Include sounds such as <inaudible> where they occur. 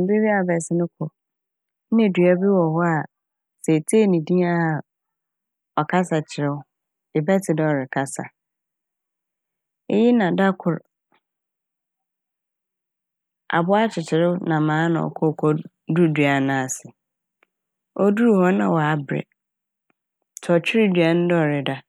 Mber bi a abɛsen kɔ na dua bi wɔ hɔ a itsie ne dinn a ɔkasa kyerɛ <noise> wo ebɛtse dɛ ɔrekasa. Iyi na da kor abowa akyekyer naam a na ɔkɔ kodur dua n'ase. Odur hɔ n' na ɔabrɛ ntsi ɔtwer dua n' dɛ ɔreda a.